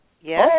Yes